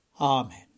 Amen